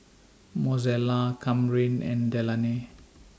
Mozella Kamryn and Delaney